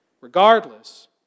Regardless